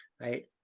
right